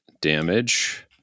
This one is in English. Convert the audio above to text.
damage